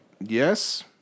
Yes